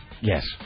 yes